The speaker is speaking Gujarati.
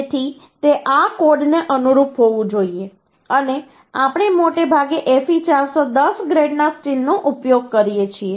તેથી તે આ કોડને અનુરૂપ હોવું જોઈએ અને આપણે મોટે ભાગે Fe 410 ગ્રેડના સ્ટીલનો ઉપયોગ કરીએ છીએ